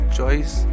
choice